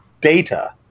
data